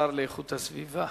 השר להגנת הסביבה.